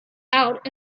out